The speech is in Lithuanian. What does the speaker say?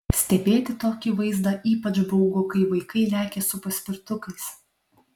stebėti tokį vaizdą ypač baugu kai vaikai lekia su paspirtukais